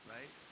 Right